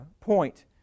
point